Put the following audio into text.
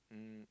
um